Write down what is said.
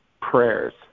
prayers